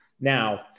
Now